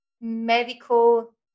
medical